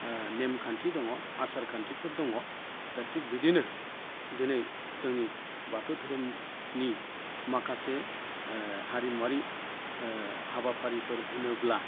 नेमखान्थि दङ आसार खान्थिफोर दङ दा थिग बिदिनो दिनै जोंनि बाथौ धोरोमनि माखासे हारिमुवारि हाबाफारिफोर होनोब्ला